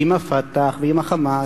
עם ה"פתח" ועם ה"חמאס",